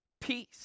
peace